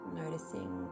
noticing